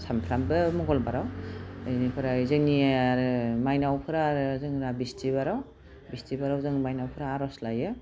सामफ्रामबो मंगलबाराव बेनिफ्राय जोंनिया आरो माइनावफ्रा आरो जोंना बिस्तिबाराव बिस्तिबाराव जों माइनावफ्रा आर'ज लायो